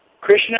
Krishna